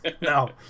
No